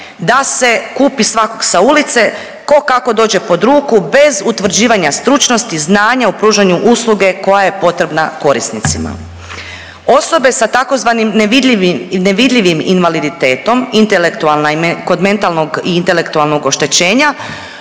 da se kupi svakog sa ulice tko kako dođe pod ruku bez utvrđivanja stručnosti, znanja u pružanju usluge koja je potrebna korisnicima. Osobe sa tzv. nevidljivim invaliditetom, intelektualna kod mentalnog i intelektualnog oštećenja